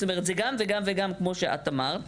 זאת אומרת זה גם וגם וגם כמו שאת אמרת.